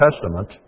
Testament